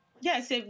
Yes